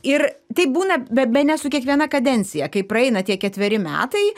ir tai būna be bene su kiekviena kadencija kai praeina tie ketveri metai